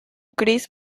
chris